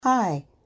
Hi